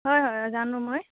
হয় হয় জানো মই